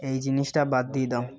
এই জিনিসটা বাদ দিয়ে দাও